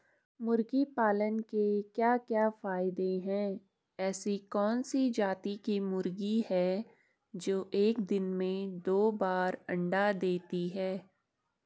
मुर्गी पालन के क्या क्या फायदे हैं ऐसी कौन सी जाती की मुर्गी है जो एक दिन में दो बार अंडा देती है?